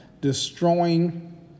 destroying